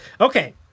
okay